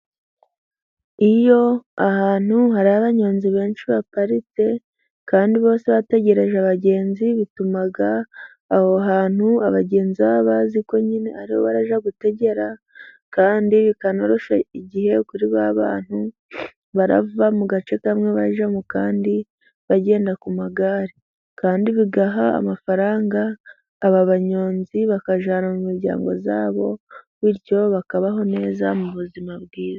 Iyo ahantu hari abanyonzi benshi baparitse, kandi bose bategereje abagenzi, bituma aho hantu abagenzi baba bazi ko nyine ariho barajya gutegera, kandi bikanoroshya igihe kuri ba bantu barava mu gace kamwe bajya mu kandi, bagenda ku magare. Kandi bigaha amafaranga aba banyonzi bakajyana mu miryango yabo, bityo bakabaho neza mu buzima bwiza.